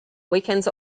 weekends